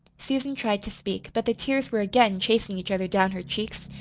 susan tried to speak but the tears were again chasing each other down her cheeks,